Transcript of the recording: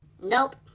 Nope